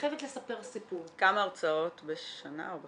כמה הרצאות בשנה או בחודש?